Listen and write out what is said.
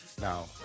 Now